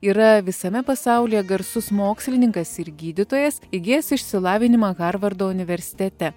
yra visame pasaulyje garsus mokslininkas ir gydytojas įgijęs išsilavinimą harvardo universitete